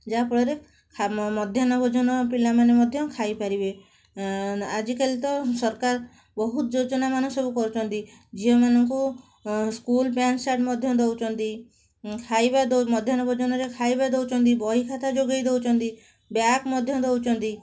ଯାହାଫଳରେ ମଧ୍ୟାହ୍ନ ଭୋଜନ ପିଲାମାନେ ମଧ୍ୟ ଖାଇପାରିବେ ଆଜିକାଲି ତ ସରକାର ବହୁତ ଯୋଜନାମାନ ସବୁ କରୁଛନ୍ତି ଝିଅମାନଙ୍କୁ ସ୍କୁଲ ପ୍ୟାଣ୍ଟ ସାର୍ଟ ମଧ୍ୟ ଦେଉଛନ୍ତି ଖାଇବା ଖାଇବା ମଧ୍ୟାହ୍ନ ଭୋଜନରେ ଖାଇବା ଦେଉଛନ୍ତି ବହି ଖାତା ଯୋଗାଇ ଦେଉଛନ୍ତି ବ୍ୟାଗ୍ ମଧ୍ୟ ଦେଉଛନ୍ତି